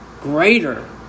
greater